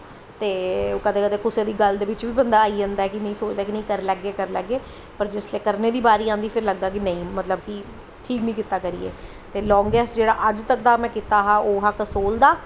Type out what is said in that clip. ते कदैं कदैं कुसै दी गल्ल बिच्च बी बंदा आई जंदा ऐ सोचदा कि करी लैगे करी लैगे पर जिसलै करने दी बीरी आंदी ते फिर लगदा कि नेईं मतलब कि ठीक नेईं कीता करियै ते लांगैस्ट जेह्ड़ा में अज्ज तक दा में कीता हा ओह् हा कसोल दा